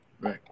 Right